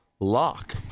lock